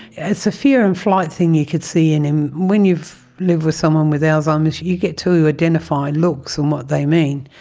it's a fear and flight thing you could see in him. when you've lived with someone with alzheimer's you get to identify looks and what they mean.